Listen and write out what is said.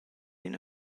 ina